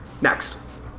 Next